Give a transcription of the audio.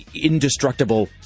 indestructible